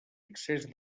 excés